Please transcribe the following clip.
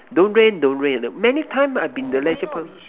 don't rain don't rain many time I been the Leisure Park